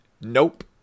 nope